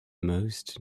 most